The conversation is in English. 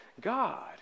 God